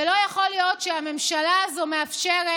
ולא יכול להיות שהממשלה הזאת מאפשרת